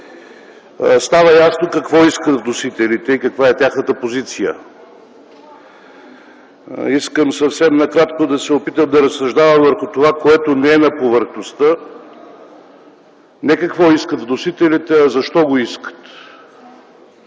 стана ясно какво искат вносителите и каква е тяхната позиция. Искам съвсем накратко да се опитам да разсъждавам върху това, което не е на повърхността. Не какво искат вносителите, а защо го искат,